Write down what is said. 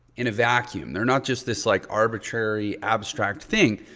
in a vacuum. they're not just this like arbitrary abstract thing.